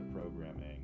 programming